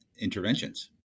interventions